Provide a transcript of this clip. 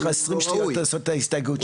יש לך 20 שניות לעשות את ההסתייגות שלך.